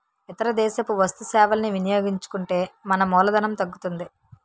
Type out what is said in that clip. ఇతర దేశపు వస్తు సేవలని వినియోగించుకుంటే మన మూలధనం తగ్గుతుంది